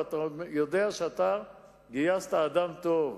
ואתה יודע שגייסת אדם טוב.